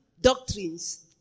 doctrines